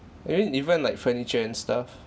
you mean even like furniture and stuff